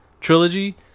trilogy